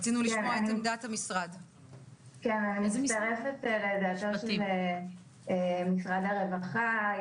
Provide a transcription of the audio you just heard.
אני מצטרפת לדברי משרד הרווחה,